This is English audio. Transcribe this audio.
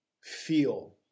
feel